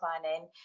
planning